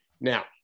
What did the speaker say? Now